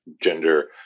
gender